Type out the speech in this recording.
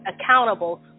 accountable